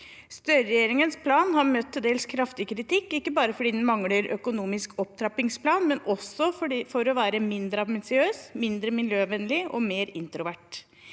Støre-regjeringens plan har møtt til dels kraftig kritikk – ikke bare fordi den mangler økonomisk opptrappingsplan, men også for å være mindre ambisiøs, mindre miljøvennlig og mer introvert.